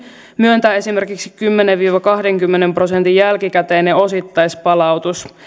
myöntää esimerkiksi kymmenen viiva kahdenkymmenen prosentin jälkikäteinen osittaispalautus